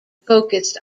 focused